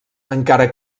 encara